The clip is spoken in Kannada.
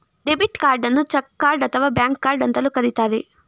ಡೆಬಿಟ್ ಕಾರ್ಡನ್ನು ಚಕ್ ಕಾರ್ಡ್ ಅಥವಾ ಬ್ಯಾಂಕ್ ಕಾರ್ಡ್ ಅಂತಲೂ ಕರಿತರೆ